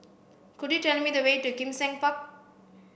could you tell me the way to Kim Seng Park